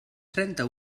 trenta